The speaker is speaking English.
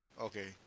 Okay